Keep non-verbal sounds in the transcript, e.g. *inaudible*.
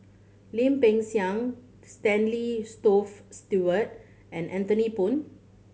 Lim Peng Siang Stanley *unintelligible* Stewart and Anthony Poon